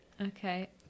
Okay